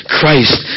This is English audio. Christ